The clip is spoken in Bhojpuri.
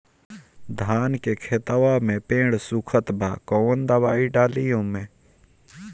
धान के खेतवा मे पेड़ सुखत बा कवन दवाई डाली ओमे?